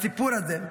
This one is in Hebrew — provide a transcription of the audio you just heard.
הסיפור הזה,